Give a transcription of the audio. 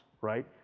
right